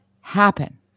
happen